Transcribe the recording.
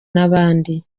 n’abandi